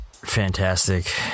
Fantastic